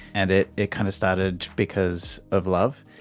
and it it kind of started because of love.